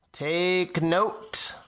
take note